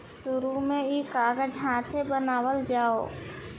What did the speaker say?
शुरु में ई कागज हाथे बनावल जाओ